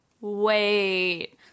Wait